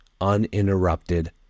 uninterrupted